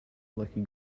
lucky